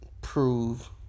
prove